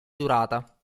durata